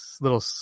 little